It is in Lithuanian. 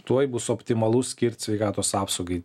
tuoj bus optimalu skirt sveikatos apsaugai